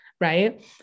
Right